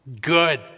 Good